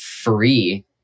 free